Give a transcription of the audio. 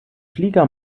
flieger